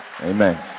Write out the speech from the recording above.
amen